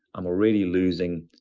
i'm already losing.